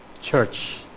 Church